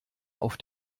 auf